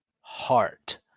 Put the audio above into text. heart